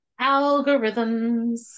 Algorithms